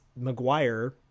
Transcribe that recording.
McGuire